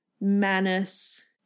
Manus